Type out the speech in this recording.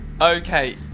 Okay